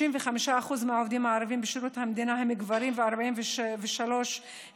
55% מהעובדים הערבים בשירות המדינה הם גברים ו-43% נשים,